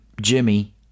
Jimmy